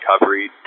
recovery